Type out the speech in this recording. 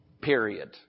Period